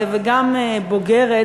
וגם בוגרת,